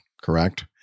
correct